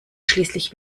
schließlich